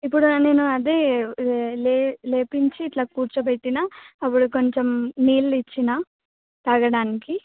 ఇప్పుడు నేను అదే లే లేపించి ఇట్లా కూర్చోబెట్టినా అప్పుడు కొంచెం నీళ్ళిచ్చినా తాగడానికి